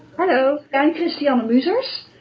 hello. i'm christianne muusers,